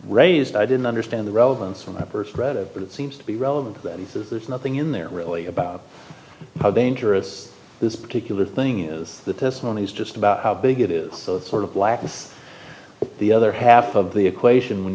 raised i didn't understand the relevance of the first reading but it seems to be relevant he says there's nothing in there really about how dangerous this particular thing is the testimony is just about how big it is so it's sort of blackness the other half of the equation when